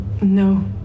No